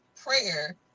prayer